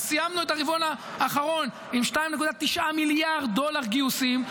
אז סיימנו את הרבעון האחרון עם 2.9 מיליארד דולר גיוסים,